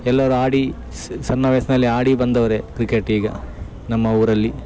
ಎಲ್ಲರು ಆಡಿ ಸಣ್ಣ ವಯಸ್ಸಿನಲ್ಲಿ ಆಡಿ ಬಂದವರೇ ಕ್ರಿಕೆಟ್ ಈಗ ನಮ್ಮ ಊರಲ್ಲಿ